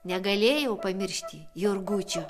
negalėjau pamiršti jurgučio